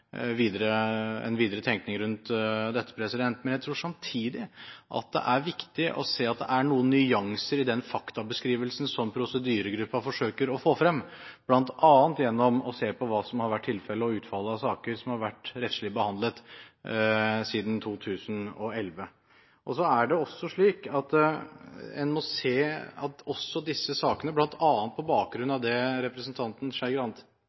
videre tenkning rundt dette. Men jeg tror samtidig det er viktig å se at det er noen nyanser i den faktabeskrivelsen som prosedyregruppen forsøker å få frem – bl.a. gjennom å se på hva som har vært tilfellet for og utfallet av saker som har vært rettslig behandlet siden 2011. En må også se på, bl.a. på bakgrunn av det